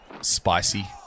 Spicy